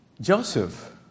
Joseph